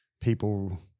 people